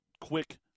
quick